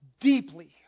deeply